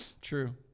True